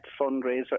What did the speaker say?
fundraiser